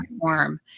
platform